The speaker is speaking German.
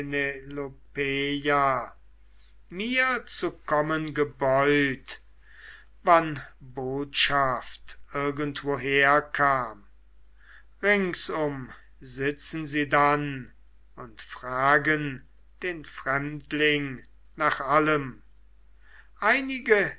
mir zu kommen gebeut wann botschaft irgendwoher kam ringsum sitzen sie dann und fragen den fremdling nach allem einige